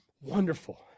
wonderful